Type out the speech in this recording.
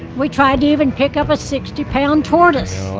we tried to even pick up a sixty pound tortoise.